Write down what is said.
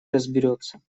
разберется